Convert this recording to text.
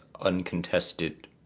uncontested